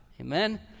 Amen